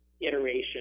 iteration